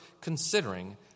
considering